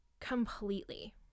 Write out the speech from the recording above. completely